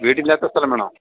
വീടില്ലാത്ത സ്ഥലം വേണോ